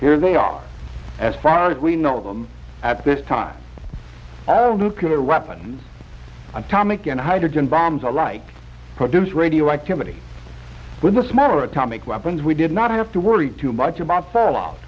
here they are as far as we know them at this time nuclear weapons and comic and hydrogen bombs are like produce radioactivity with a smaller atomic weapons we did not have to worry too much about fell o